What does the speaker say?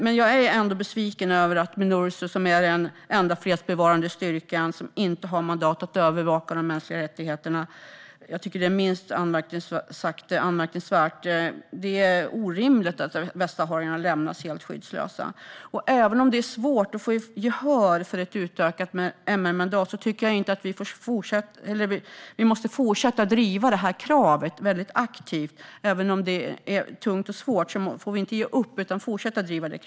Men jag är ändå besviken över att Minurso är den enda fredsbevarande styrkan som inte har att mandat att övervaka efterlevnaden av de mänskliga rättigheterna. Det är minst sagt anmärkningsvärt. Det är orimligt att västsaharierna lämnas helt skyddslösa. Även om det är svårt att få gehör för ett utökat MR-mandat tycker jag att vi måste fortsätta att driva kravet aktivt att Minurso ska få ett mandat för att övervaka de mänskliga rättigheterna.